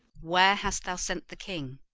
where hast thou sent the king?